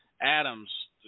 Adams